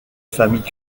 famille